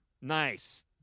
Nice